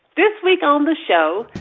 this week on the show,